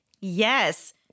yes